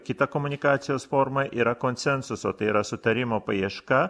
kita komunikacijos forma yra konsensuso tai yra sutarimo paieška